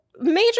Major